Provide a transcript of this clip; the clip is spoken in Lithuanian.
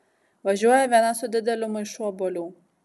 važiuoja viena su dideliu maišu obuolių